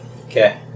Okay